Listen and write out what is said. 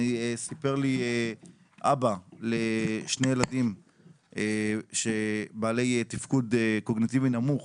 סיפר לי אבא לשני ילדים בעלי תפקוד קוגניטיבי נמוך